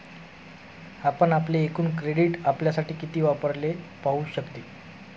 आपण आपले एकूण क्रेडिट आपल्यासाठी किती वापरलेले पाहू शकते